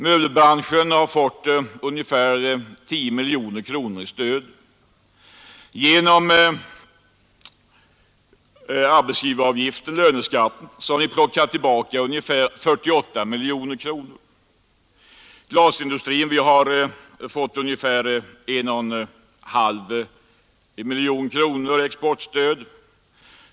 Möbelbranschen har fått ungefär 10 miljoner kronor i stöd. Genom arbetsgivaravgiften har ni plockat tillbaka ungefär 48 miljoner kronor. Inom glasindustrin har vi fått ungefär 1,5 miljoner kronor i exportstöd.